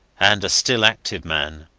and a still active man,